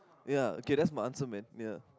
ya K that's my answer man ya